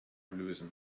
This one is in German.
lösen